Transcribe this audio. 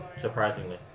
surprisingly